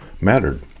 mattered